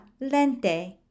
lente